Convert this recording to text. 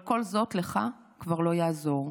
אבל כל זאת לך כבר לא יעזור,